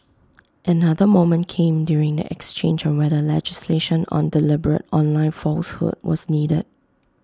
another moment came during the exchange on whether legislation on deliberate online falsehood was needed